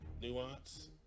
nuance